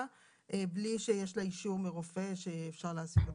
בלי שיש לה אישור מרופא שאפשר להעסיק אותה.